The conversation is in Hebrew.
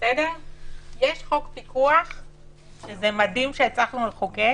יש חוק פיקוח ומדהים שהצלחנו לחוקק,